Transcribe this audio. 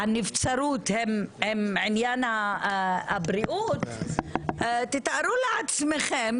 הנבצרות הן עניין הבריאות, תתארו לעצמכם